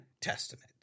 Testament